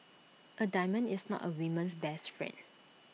A diamond is not A woman's best friend